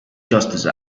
justice